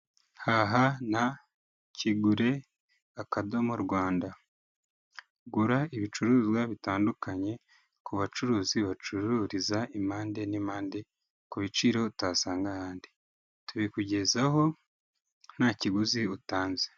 Haha na Kigure akadomo Rwanda. Gura ibicuruzwa bitandukanye ku bacuruzi bacururiza impande n'impande, ku biciro utasanga ahandi. Tubikugezaho nta kiguzi utanze.